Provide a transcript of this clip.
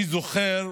אני זוכר,